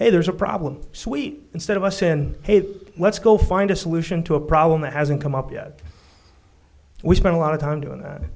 hey there's a problem sweet instead of us in hey let's go find a solution to a problem that hasn't come up yet we spend a lot of time doing